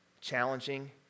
challenging